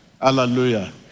Hallelujah